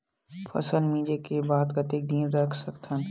फसल मिंजे के बाद कतेक दिन रख सकथन?